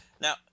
Now